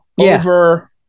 over